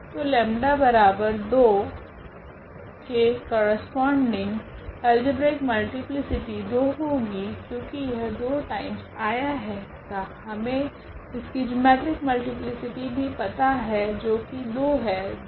तो 𝜆2 के corresponding algebraic multiplicity 2 होगी क्योकि यह 2 टाइम्स आया है तथा हमे इसकी जिओमेट्रिक मल्टीप्लीसिटी भी पता है जो की 2 है